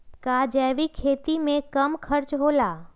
का जैविक खेती में कम खर्च होला?